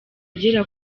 agera